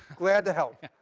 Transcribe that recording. glad to help.